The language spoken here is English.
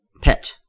Pet